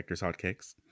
hotcakes